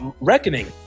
reckoning